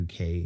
UK